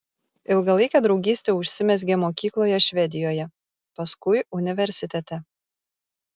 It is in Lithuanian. ilgalaikė draugystė užsimezgė mokykloje švedijoje paskui universitete